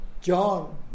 John